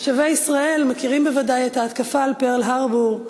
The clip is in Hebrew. תושבי ישראל מכירים בוודאי את ההתקפה על פרל-הרבור,